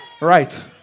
Right